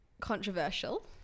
controversial